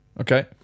Okay